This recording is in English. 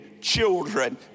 children